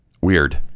Weird